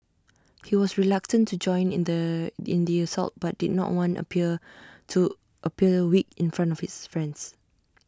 he was reluctant to join in the in the assault but did not want appear to appear weak in front of his friends